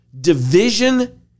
division